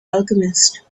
alchemist